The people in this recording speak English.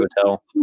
hotel